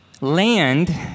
Land